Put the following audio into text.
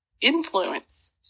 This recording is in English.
influence